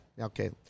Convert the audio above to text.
Okay